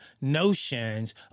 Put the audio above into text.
notions